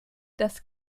das